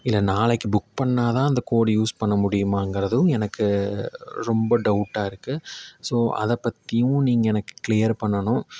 இல்லை நாளைக்கு புக் பண்ணிணா தான் அந்த கோடு யூஸ் பண்ண முடியுமாங்கிறதும் எனக்கு ரொம்ப டௌட்டாக இருக்குது ஸோ அதை பற்றியும் நீங்கள் எனக்கு கிளியர் பண்ணணும்